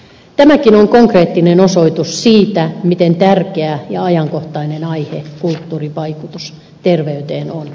tämäkin on konkreettinen osoitus siitä miten tärkeä ja ajankohtainen aihe kulttuurin vaikutus terveyteen on